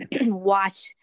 watch